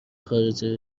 خارجه